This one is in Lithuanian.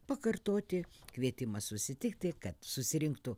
pakartoti kvietimą susitikti kad susirinktų